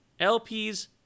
LPs